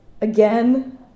Again